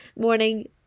morning